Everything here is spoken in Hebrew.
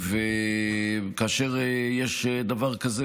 כאשר יש דבר כזה,